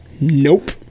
Nope